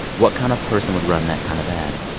what kind of person would run that kind of ad?